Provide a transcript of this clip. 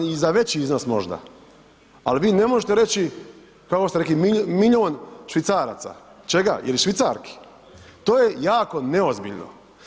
Ja sam i za veći iznos možda, ali vi ne možete reći kao ste rekli, milijon švicaraca, čega, je li Švicarki, to je jako neozbiljno.